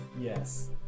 yes